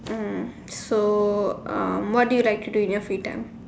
mm so um what do you like to do in your free time